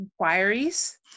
inquiries